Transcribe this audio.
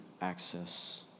access